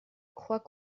croix